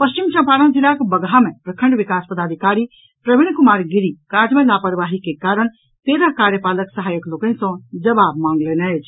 पश्चिम चंपारण जिलाक बगहा मे प्रखंड विकास पदाधिकारी प्रवीण कुमार गिरी काज मे लापरवाही के कारण तेरह कार्यपालक सहायक लोकनि सॅ जवाब मांगलनि अछि